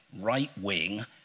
right-wing